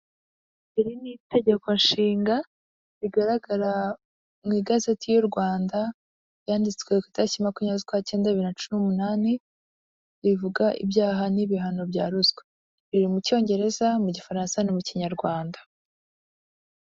Iri ni itegeko nshinga, rigaragara mu igazeti y'u Rwanda, yanditswe ku itariki makumyabiri z'ukwa cyenda bibiri na cumi n'umunani rivuga ibyaha n'ibihano bya ruswa biriri mu cyongereza mu gifaransa no mu kinyarwanda.